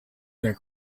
their